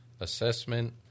assessment